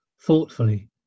thoughtfully